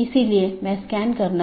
की अनुमति देता है